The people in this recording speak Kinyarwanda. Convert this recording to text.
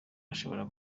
ashobora